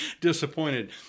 disappointed